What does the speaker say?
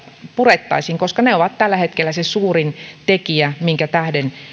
purettaisiin koska ne ovat tällä hetkellä se suurin tekijä minkä tähden